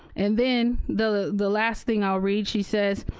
and then the the last thing i'll read, she says,